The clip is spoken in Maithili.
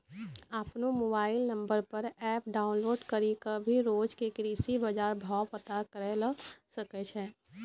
आपनो मोबाइल नंबर पर एप डाउनलोड करी कॅ भी रोज के कृषि बाजार भाव पता करै ल सकै छो